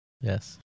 yes